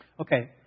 Okay